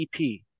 EP